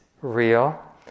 real